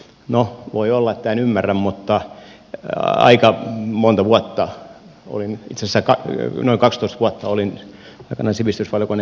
no voi olla että en ymmärrä mutta aika monta vuotta olin itse asiassa noin kaksitoista vuotta olin aikanaan sivistysvaliokunnan jäsen